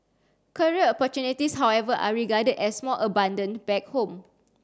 career opportunities however are regarded as more abundant back home